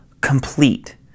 complete